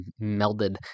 melded